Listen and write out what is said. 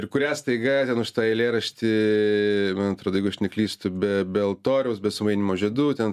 ir kurią staiga ten už tą eilėraštį man atrodo jeigu aš neklystu be be altoriaus be sumainymo žiedų ten